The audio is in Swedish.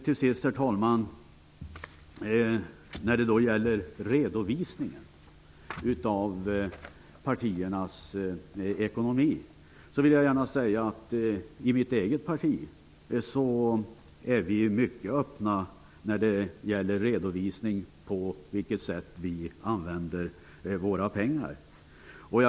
Till sist, herr talman, vill jag ta upp redovisningen av partiernas ekonomi. I mitt eget parti är vi mycket öppna när det gäller redovisningen av på vilket sätt vi använder våra pengar.